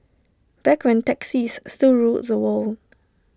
back when taxis still ruled the world